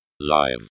live